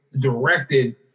directed